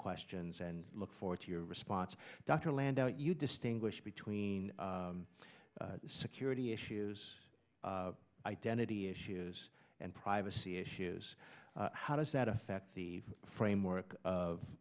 questions and look forward to your response dr landau you distinguish between security issues identity issues and privacy issues how does that affect the framework of